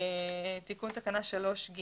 תיקון תקנה 3ג